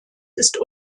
ist